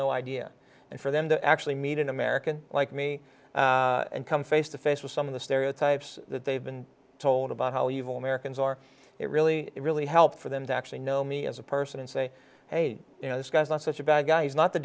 no idea and for them to actually meet an american like me and come face to face with some of the stereotypes that they've been told about how you've all americans are it really really help for them to actually know me as a person and say hey you know this guy's not such a bad guy he's not the